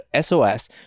SOS